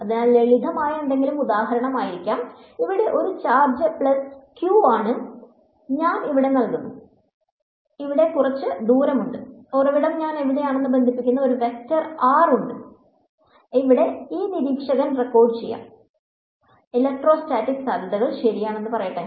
അതിനാൽ ലളിതമായ എന്തെങ്കിലും ഉദാഹരണമായിരിക്കാം ഇവിടെ ഒരു ചാർജ് പ്ലസ് q ആണ് ഞാൻ ഇവിടെ നിൽക്കുന്നു ഇവിടെ കുറച്ച് ദൂരമുണ്ട് ഉറവിടം ഞാൻ എവിടെയാണെന്ന് ബന്ധിപ്പിക്കുന്ന ഒരു വെക്റ്റർ ആർ ഉണ്ട് ഇവിടെ ഈ നിരീക്ഷകൻ റെക്കോർഡുചെയ്യാം ഇലക്ട്രോസ്റ്റാറ്റിക് സാധ്യതകൾ ശരിയാണെന്ന് പറയട്ടെ